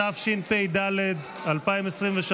התשפ"ד 2023,